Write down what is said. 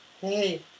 Hey